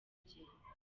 ibye